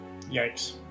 Yikes